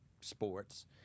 sports